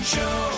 Show